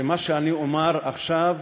שמה שאני אומַר עכשיו,